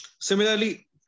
Similarly